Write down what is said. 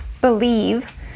believe